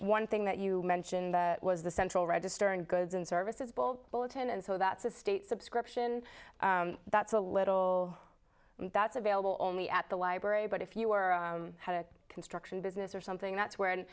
one thing that you mentioned was the central register and goods and services bull bulletin and so that's a state subscription that's a little that's available only at the library but if you were a construction business or something that's where